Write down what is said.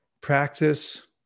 practice